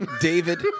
David